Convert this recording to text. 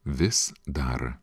vis dar